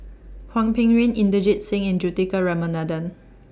Hwang Peng Yuan Inderjit Singh and Juthika Ramanathan